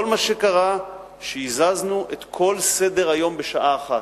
כל מה שקרה הוא שהזזנו את כל סדר-היום בשעה אחת.